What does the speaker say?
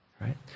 right